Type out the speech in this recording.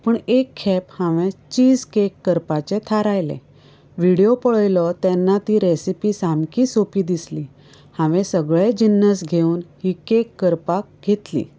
पूण एक खेप हांवें चिज केक करपाचें थारायलें व्हिडियो पळयलो तेन्ना ती रेसिपी सामकी सोंपी दिसली हांवें सगळें जिन्नस घेवन ही केक करपाक घेतली